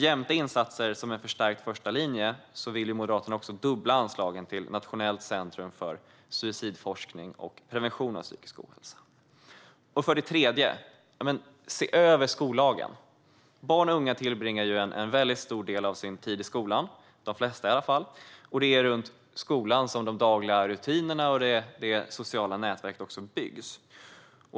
Jämte insatser för en förstärkt första linje vill Moderaterna dubbla anslagen till Nationellt centrum för suicidforskning och prevention av psykisk ohälsa. För det tredje: Se över skollagen! Barn och unga tillbringar en väldigt stor del av sin tid i skolan - i alla fall de flesta. Det är runt skolan som de dagliga rutinerna och det sociala nätverket byggs.